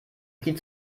viel